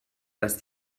dass